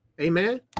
amen